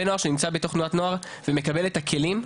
בן נוער שנמצא בתוך תנועת נוער ומקבל את הכלים,